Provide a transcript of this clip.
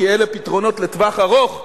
כי אלה פתרונות לטווח ארוך,